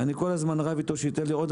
אני כל הזמן רב איתו שהוא ייתן לי עוד יותר